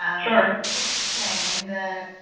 sure thing, and the,